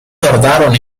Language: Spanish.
tardaron